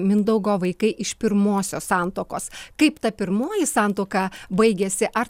mindaugo vaikai iš pirmosios santuokos kaip ta pirmoji santuoka baigėsi ar